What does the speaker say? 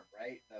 right